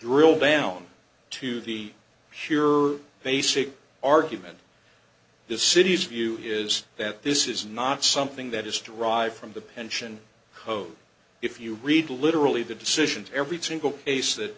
drill down to the sure basic argument the city's view is that this is not something that is derived from the pension code if you read literally the decision to every single case that